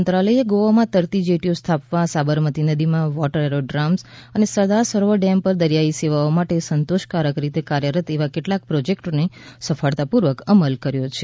મંત્રાલયે ગોવામાં તરતી જેટીઓ સ્થાપવા સાબરમતી નદીમાં વોટર એરોડ્રોમ્સ અને સરદાર સરોવર ડેમ પર દરિયાઇ સેવાઓ માટે સંતોષકારક રીતે કાર્યરત એવા કેટલાક પ્રોજેક્ટનો સફળતાપૂર્વક અમલ કર્યો છે